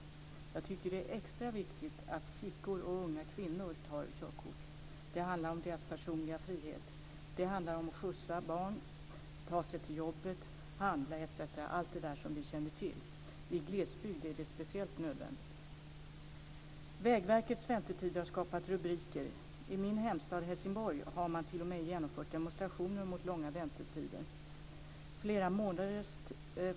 Jag tycker att det är extra viktigt att flickor och unga kvinnor tar körkort. Det handlar om deras personliga frihet. Det handlar om att skjutsa barn, ta sig till jobbet, handla etc. - allt det där som vi känner till. I glesbygd är det här speciellt nödvändigt. Vägverkets väntetider har skapat rubriker. I min hemstad Helsingborg har man t.o.m. genomfört demonstrationer mot långa väntetider.